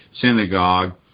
synagogue